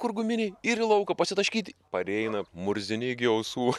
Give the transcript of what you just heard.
kur guminiai ir į lauką pasitaškyt pareina murzini iki ausų